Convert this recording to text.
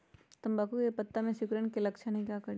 तम्बाकू के पत्ता में सिकुड़न के लक्षण हई का करी?